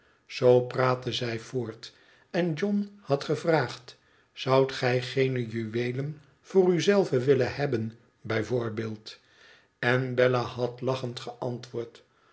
zoo praatten zij voort en john had gevraagd zoudt gij geene juweelen voor u zelve willen hebben bij voorbeeld en b lla had lachend geantwoord